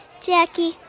Jackie